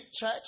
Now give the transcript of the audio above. church